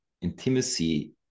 intimacy